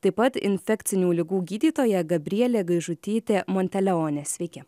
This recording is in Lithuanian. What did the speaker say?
taip pat infekcinių ligų gydytoja gabrielė gaižutytė monteleone sveiki